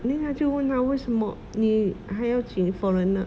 then 他就问他为什么你还要请 foreigner